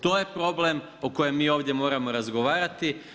To je problem o kojem mi ovdje moramo razgovarati.